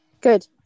Good